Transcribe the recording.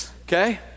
okay